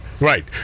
Right